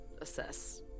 assess